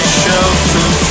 shelter